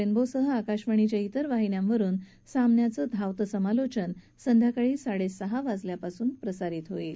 रेनबोसह आकाशवाणीच्या इतर वाहिन्यांवरून या सामन्याचं धावतं समालोचन संध्याकाळी साडेसहा वाजल्यापासून प्रसारित केलं जाईल